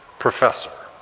professor.